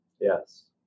yes